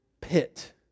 pit